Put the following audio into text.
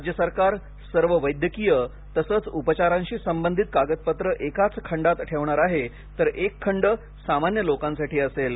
राज्य सरकार सर्व वैद्यकीय उपचार संबंधित कागदपत्रे एकाच खंडात ठेवणार आहे तर एक खंड सामान्य लोकांसाठी असेल